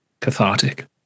cathartic